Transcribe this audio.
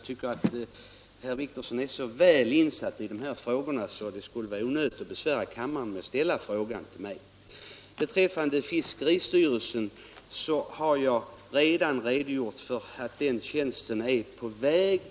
Herr Wictorsson är så väl insatt i dessa frågor att jag tycker att det var onödigt att ställa den här frågan till mig. Vad beträffar frågan om fiskeristyrelsen har jag redan redogjort för att den diskuterade tjänsten är på väg.